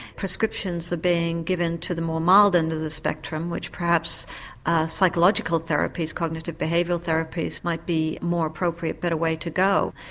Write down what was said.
prescriptions are being given to the more mild end of the spectrum which perhaps psychological therapies, cognitive behavioural therapies might be more appropriate, a better way to go.